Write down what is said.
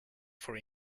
for